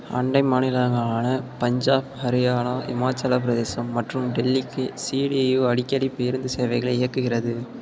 அண்டை மாநிலங்களான பஞ்சாப் ஹரியானா இமாச்சல பிரதேசம் மற்றும் டெல்லிக்கு சி டி யு அடிக்கடி பேருந்து சேவைகளை இயக்குகிறது